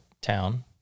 town